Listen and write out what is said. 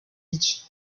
each